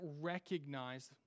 recognize